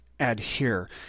Adhere